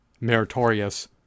meritorious